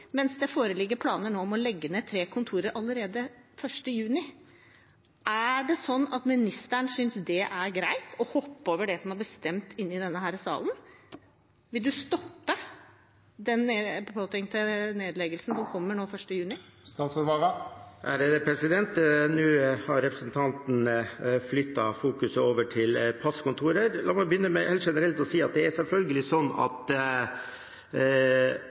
mens det foreligger planer om å legge ned tre kontorer allerede 1. juni. Er det sånn at justisministeren synes det er greit å hoppe over det som er bestemt i denne salen? Vil han stoppe de påtenkte nedleggelsene 1. juni? Nå har representanten Sem-Jacobsen flyttet fokuset over til passkontorer. La meg begynne med helt generelt å si at departementet selvfølgelig vil forholde seg til det Stortinget vedtar. Når det gjelder passiden, er